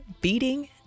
beating